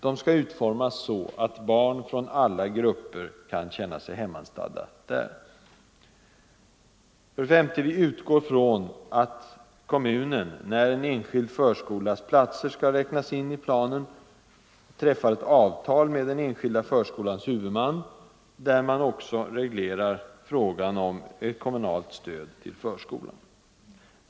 De skall utformas så att barn från alla grupper kan känna sig hemmastadda där. E. Vi utgår från att kommunen, när en enskild förskolas platser skall räknas in i planen, träffar ett avtal med den enskilda förskolans huvudman, varvid man också reglerar frågan om kommunalt stöd till förskolan.